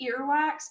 Earwax